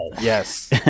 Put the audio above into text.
Yes